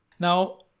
Now